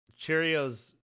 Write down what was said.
Cheerios